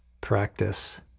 practice